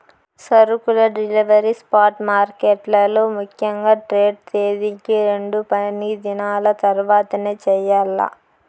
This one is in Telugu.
సరుకుల డెలివరీ స్పాట్ మార్కెట్లలో ముఖ్యంగా ట్రేడ్ తేదీకి రెండు పనిదినాల తర్వాతనే చెయ్యాల్ల